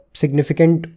significant